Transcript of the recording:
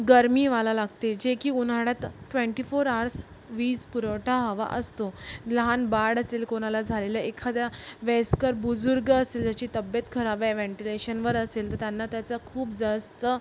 गरमीवाला लागते जे की उन्हाळ्यात ट्वेंटी फोर आर्स वीजपुरवठा हवा असतो लहान बाळ असेल कोणाला झालेलं एखाद्या वयस्कर बुजुर्ग असल्याची तब्येत खराब आहे वेंटिलेशनवर असेल तर त्यांना त्याचं खूप जास्त